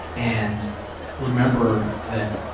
and remember that,